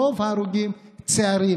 רוב ההרוגים צעירים.